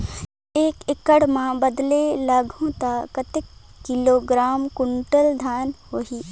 एक एकड़ मां बदले लगाहु ता कतेक किलोग्राम कुंटल धान होही?